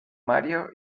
mario